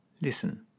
Listen